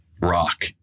rock